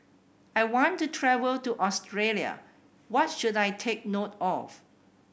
I want to travel to Australia what should I take note of